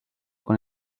con